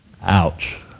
Ouch